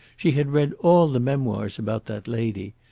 she had read all the memoirs about that lady.